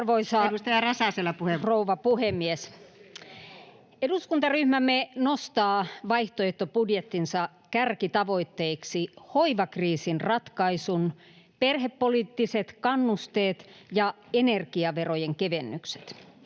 Eduskuntaryhmämme nostaa vaihtoehtobudjettinsa kärkitavoitteiksi hoivakriisin ratkaisun, perhepoliittiset kannusteet ja energiaverojen kevennykset.